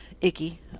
icky